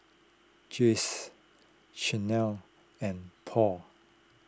Jays Chanel and Paul